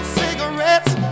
cigarettes